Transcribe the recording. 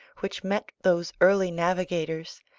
which met those early navigators,